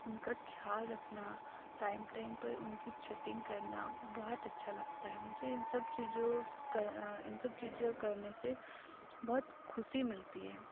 उनका ख्याल रखना टाइम टाइम पर उनकी छटींग करना बहुत अच्छा लगता है मुझे इन सब चीज़ों का इन सब चीज़ों करने से बहुत खुशी मिलती है